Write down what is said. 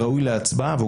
לגבי זכות ההצבעה שלו.